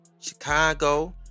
Chicago